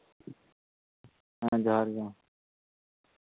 ᱦᱮᱸ ᱡᱚᱦᱟᱨ ᱜᱮ